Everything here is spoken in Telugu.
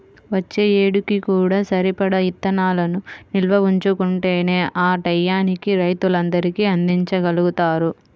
వచ్చే ఏడుకి కూడా సరిపడా ఇత్తనాలను నిల్వ ఉంచుకుంటేనే ఆ టైయ్యానికి రైతులందరికీ అందిచ్చగలుగుతారు